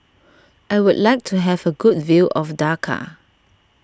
I would like to have a good view of Dhaka